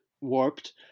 warped